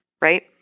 right